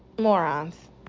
morons